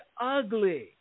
ugly